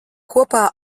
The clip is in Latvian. kopā